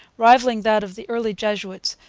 rivalling that of the early jesuits,